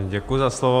Děkuji za slovo.